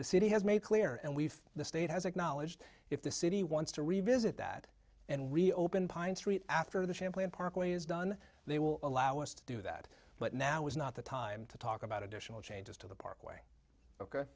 the city has made clear and we've the state has acknowledged if the city wants to revisit that and reopen pine street after the champlain parkway is done they will allow us to do that but now is not the time to talk about additional changes to the parkway